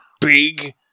big